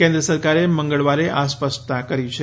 કેન્દ્ર સરકારે મંગળવારે આ સ્પષ્ટતા કરી છે